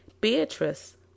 Beatrice